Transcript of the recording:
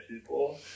people